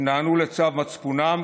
הם נענו לצו מצפונם,